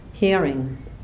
hearing